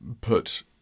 put